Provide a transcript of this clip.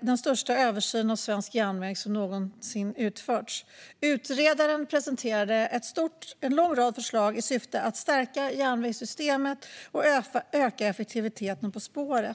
den största översyn av svensk järnväg som någonsin har utförts. Utredaren presenterade en lång rad förslag med syfte att stärka järnvägssystemet och öka effektiviteten på spåren.